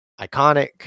iconic